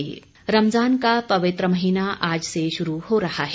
रमजान रमजान का पवित्र महीना आज से शुरू हो रहा है